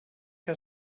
que